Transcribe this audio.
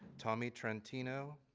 tommy trantino.